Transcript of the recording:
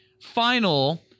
final